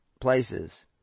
places